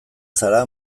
zara